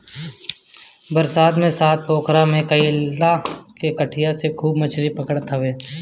बरसात में पोखरा में लईका कटिया से खूब मछरी पकड़त हवे